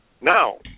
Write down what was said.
Now